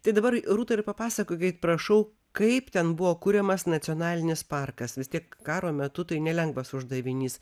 tai dabar rūta ir papasakokit prašau kaip ten buvo kuriamas nacionalinis parkas vis tiek karo metu tai nelengvas uždavinys